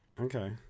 Okay